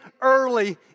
early